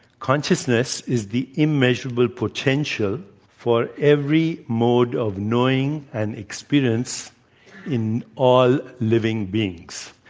consciousness is the imaginable potential for every mode of knowing and experience in all living beings.